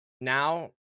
now